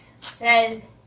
says